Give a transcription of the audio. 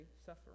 suffering